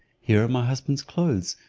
here are my husband's clothes,